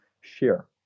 share